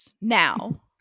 now